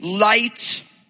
light